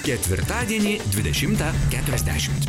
ketvirtadienį dvidešimtą keturiasdešimt